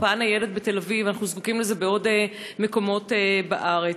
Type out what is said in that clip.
אנחנו זקוקים לזה בעוד מקומות בארץ.